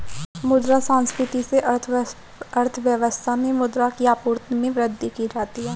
मुद्रा संस्फिति से अर्थव्यवस्था में मुद्रा की आपूर्ति में वृद्धि की जाती है